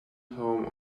home